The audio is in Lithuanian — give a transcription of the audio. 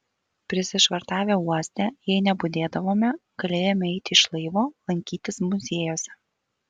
prisišvartavę uoste jei nebudėdavome galėjome eiti iš laivo lankytis muziejuose